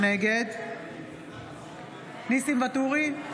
נגד ניסים ואטורי,